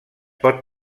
pot